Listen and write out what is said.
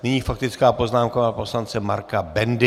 Nyní faktická poznámka pana poslance Marka Bendy.